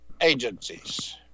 agencies